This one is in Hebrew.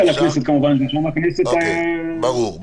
ברור.